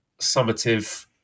summative